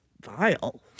vile